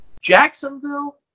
Jacksonville